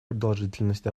продолжительность